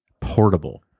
portable